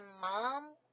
mom